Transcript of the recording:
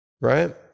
right